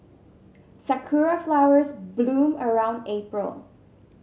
sakura flowers bloom around April